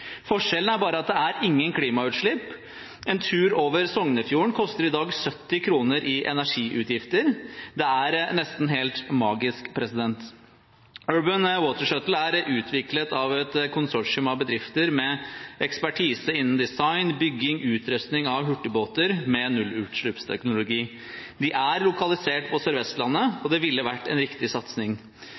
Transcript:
Forskjellen er bare at det er ingen klimautslipp. En tur over Sognefjorden koster i dag 70 kr i energiutgifter. Det er nesten helt magisk. Urban Water Shuttle er utviklet av et konsortium av bedrifter med ekspertise innen design, bygging og utrustning av hurtigbåter med nullutslippsteknologi. De er lokalisert på Sør-Vestlandet, og det ville vært en riktig satsing.